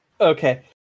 Okay